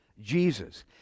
Jesus